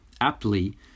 Aptly